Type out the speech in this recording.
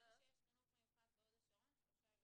זה מה שיש חינוך מיוחד בהוד השרון, שלושה ילדים?